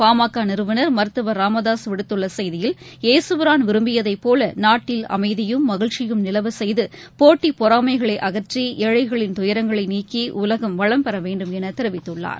பாமகநிறுவளமர் மருத்துவர் ச ராமதாசுவிடுத்துள்ளசெய்தியில் ஏசுபிரான் விரும்பியதைபோலநாட்டில் அமைதியும் மகிழ்ச்சியும் நிலவசெய்து போட்டி பொறாமைகளைஅகற்றி ஏழைகளின் துயரங்களைநீக்கிடலகம் வளம் பெறவேண்டும் எனதெரிவித்துள்ளார்